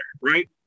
right